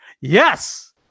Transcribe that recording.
Yes